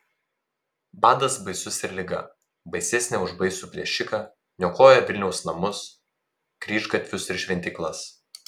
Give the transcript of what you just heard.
badas baisus ir liga baisesnė už baisų plėšiką niokoja vilniaus namus kryžgatvius ir šventyklas